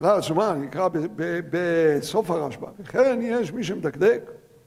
והרשימה נקרא בסוף הרשב״א, ובכן יש מי שמדקדק.